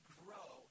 grow